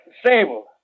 Stable